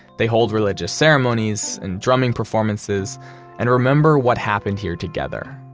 they hold religious ceremonies and drumming performances and remember what happened here together.